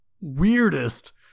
weirdest